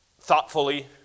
thoughtfully